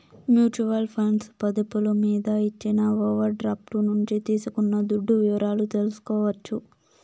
mutual funds పొదుపులు మీద ఇచ్చిన ఓవర్ డ్రాఫ్టు నుంచి తీసుకున్న దుడ్డు వివరాలు తెల్సుకోవచ్చు